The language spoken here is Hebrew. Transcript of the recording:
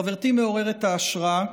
חברתי מעוררת ההשראה,